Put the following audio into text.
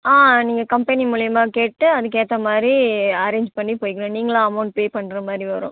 ஆ நீங்கள் கம்பெனி மூலியமாக கேட்டு அதுக்கேற்ற மாதிரி அரேஞ்ச் பண்ணி போயிக்கணும் நீங்களும் அமௌண்ட் பே பண்ணுற மாதிரி வரும்